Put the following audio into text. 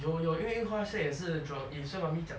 有有因为 yu hua 也是 jurong east so mummy 讲